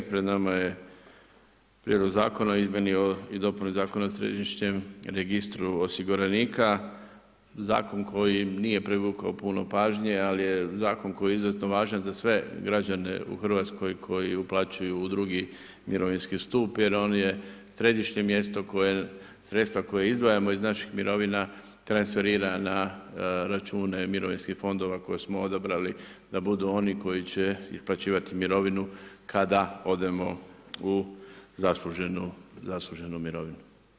Pred nama je Prijedlog zakona o izmjeni i dopuni Zakona o središnjem registru osiguranika, zakon koji nije privukao puno pažnje, ali je zakon koji je izuzetno važan za sve građane u Hrvatskoj koji uplaćuju u drugi mirovinski stup jer on je središnje mjesto koje sredstva koja izdvajamo iz naših mirovina transferira na račune mirovinskih fondova koje smo odabrali da budu oni koji će isplaćivati mirovinu kada odemo u zasluženu mirovinu.